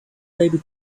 baby